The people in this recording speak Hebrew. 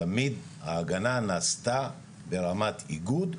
תמיד ההגנה נעשתה ברמת איגוד,